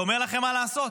שאומר לכם מה לעשות.